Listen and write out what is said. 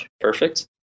Perfect